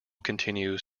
continues